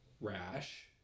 rash